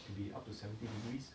could be up to seventy degrees